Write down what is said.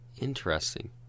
Interesting